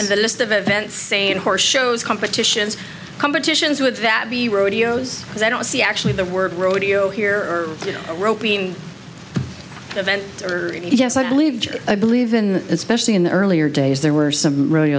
and the list of events saying horse shows competitions competitions would that be rodeos because i don't see actually the word rodeo here or a rope being event or yes i believe i believe in especially in the earlier days there were some